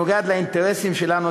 זהו מתווה שמנוגד לאינטרסים שלנו,